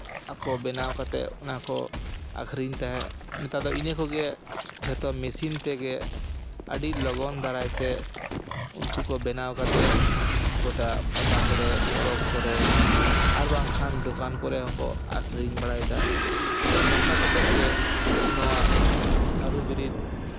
ᱟᱠᱚ ᱵᱮᱱᱟᱣ ᱠᱟᱛᱮᱫ ᱚᱱᱟ ᱠᱚ ᱟᱠᱷᱨᱤᱧ ᱛᱟᱦᱮᱸᱫ ᱱᱮᱛᱟᱨ ᱫᱚ ᱤᱱᱟᱹ ᱠᱚᱜᱮ ᱡᱷᱚᱛᱚ ᱢᱮᱥᱤᱱ ᱛᱮᱜᱮ ᱟᱹᱰᱤ ᱞᱚᱜᱚᱱ ᱫᱟᱨᱟᱭᱛᱮ ᱩᱱᱠᱩ ᱠᱚ ᱵᱮᱱᱟᱣ ᱠᱟᱛᱮᱫ ᱜᱳᱴᱟ ᱯᱟᱛᱟ ᱠᱚᱨᱮ ᱯᱚᱨᱚᱵᱽ ᱠᱚᱨᱮ ᱟᱨ ᱵᱟᱝᱠᱷᱟᱱ ᱫᱚᱠᱟᱱ ᱠᱚᱨᱮ ᱦᱚᱸᱠᱚ ᱟᱠᱷᱨᱤᱧ ᱵᱟᱲᱟᱭᱫᱟ ᱱᱚᱝᱠᱟ ᱠᱟᱛᱮᱫ ᱜᱮ ᱱᱚᱣᱟ ᱠᱟᱹᱨᱩ ᱵᱤᱨᱤᱫ